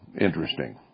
Interesting